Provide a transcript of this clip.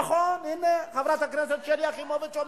נכון, הנה, חברת הכנסת שלי יחימוביץ.